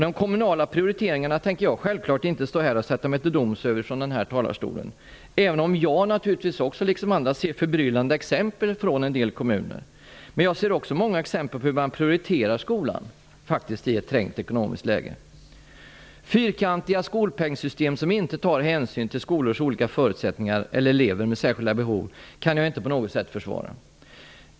De kommunala prioriteringarna tänker jag självklart inte sätta mig till doms över från den här talarstolen, även om jag liksom andra naturligtvis ser förbryllande exempel från en del kommuner. Men jag ser också många exempel på hur man faktiskt prioriterar skolan i ett trängt ekonomiskt läge. Fyrkantiga skolpengssystem som inte tar hänsyn till skolors olika förutsättningar eller elever med särskilda behov kan jag inte på något sätt försvara.